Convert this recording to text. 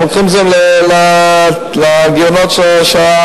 לוקחים את זה לגירעונות של קופות-החולים.